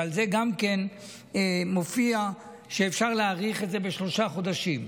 ועל זה גם כן מופיע שאפשר להאריך את זה בשלושה חודשים.